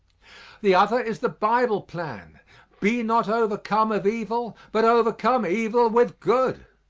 the other is the bible plan be not overcome of evil but overcome evil with good.